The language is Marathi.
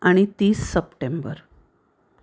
आणि तीस सप्टेंबर